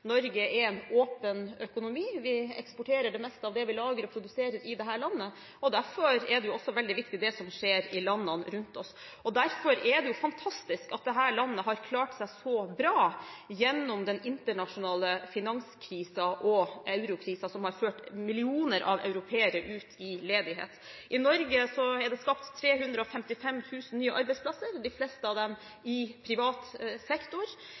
Norge er en åpen økonomi. Vi eksporterer det meste av det vi lager og produserer i dette landet, og derfor er det også veldig viktig det som skjer i landene rundt oss. Det er jo fantastisk at dette landet har klart seg så bra gjennom den internasjonale finanskrisen og eurokrisen som har ført millioner av europeere ut i ledighet. I Norge er det skapt 355 000 nye arbeidsplasser, de fleste av dem i privat sektor.